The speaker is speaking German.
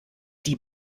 die